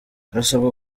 harasabwa